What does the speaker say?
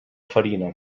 farina